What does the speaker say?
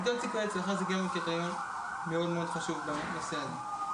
מידת סיכויי ההצלחה זה גם קריטריון מאוד-מאוד חשוב בנושא הזה.